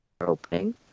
opening